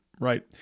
right